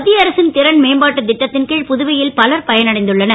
மத் ய அரசின் றன் மேம்பாட்டுத் ட்டத் ன் கி புதுவை ல் பலர் பயனடைந்துள்ளனர்